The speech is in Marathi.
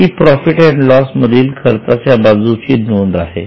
ही प्रॉफिट अँड लॉस मधील खर्चाच्या बाजूची नोंद आहे